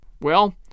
Well